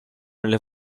nelle